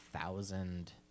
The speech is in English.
thousand